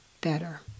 better